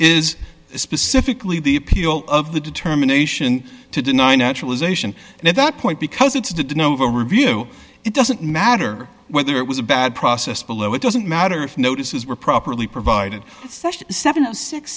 is specifically the appeal of the determination to deny naturalization and at that point because it to denote a review it doesn't matter whether it was a bad process below it doesn't matter if notices were properly provided seventy six